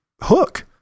hook